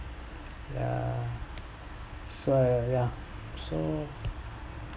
ya so ya so